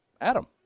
Adam